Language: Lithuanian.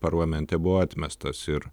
parlamente buvo atmestas ir